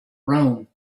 rome